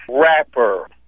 rapper